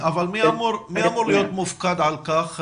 מי אמור להיות מופקד על כך?